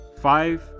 Five